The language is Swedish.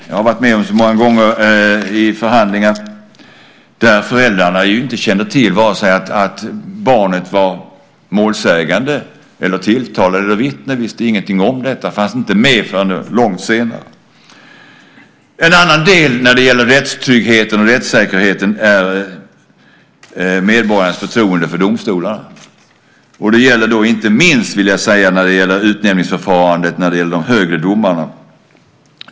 Jag har varit med om många förhandlingar där föräldrarna inte kände till att barnet var vare sig målsägande, tilltalad eller vittne. De visste ingenting om detta och fanns inte med förrän långt senare. En annan del när det gäller rättstryggheten och rättssäkerheten är medborgarnas förtroende för domstolarna. Där handlar det inte minst, vill jag säga, om utnämningsförfarandet när det gäller de högre domarna.